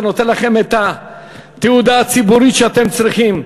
זה נותן לכם את התהודה הציבורית שאתם צריכים.